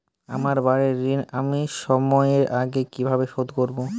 আমার বাড়ীর ঋণ আমি সময়ের আগেই কিভাবে শোধ করবো?